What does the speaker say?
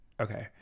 Okay